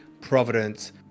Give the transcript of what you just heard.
Providence